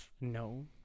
No